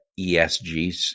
ESGs